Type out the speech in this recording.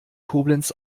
koblenz